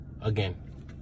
again